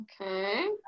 Okay